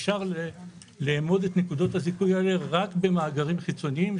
אפשר לאמוד את נקודות הזיכוי האלה רק במאגרים חיצוניים,